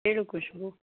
ಹೇಳು ಖುಷ್ಬು